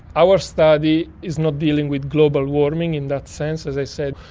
our study is not dealing with global warming in that sense. as i said,